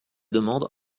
demande